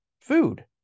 food